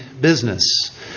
business